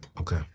Okay